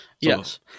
Yes